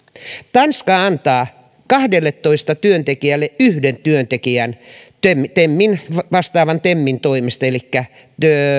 tanska antaa kahdelletoista työttömälle yhden työntekijän temiä temiä vastaavan ministeriön elikkä